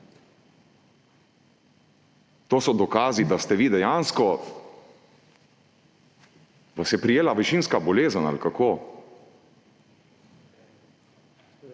To so dokazi, da ste vi dejansko – vas je prijela višinska bolezen, ali kako?